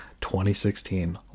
2016